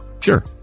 Sure